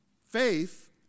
Faith